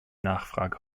nachfrage